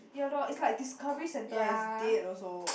ya lor is like Discovery Centre is dead also